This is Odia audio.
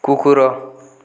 କୁକୁର